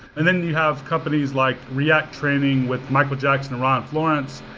then you have companies like react training with michael jackson and ron florence,